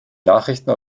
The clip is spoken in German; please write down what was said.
nachrichten